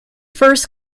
first